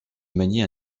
maniait